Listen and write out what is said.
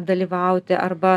dalyvauti arba